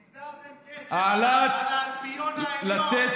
פיזרתם כסף על האלפיון העליון,